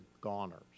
goners